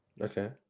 Okay